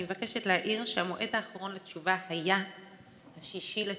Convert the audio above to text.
אני מבקשת להעיר שהמועד האחרון לתשובה היה 6 בספטמבר.